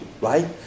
right